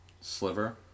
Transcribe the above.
sliver